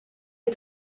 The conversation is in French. est